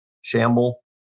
shamble